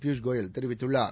பியூஷ் கோயல் தெரிவித்துள்ளார்